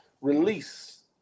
release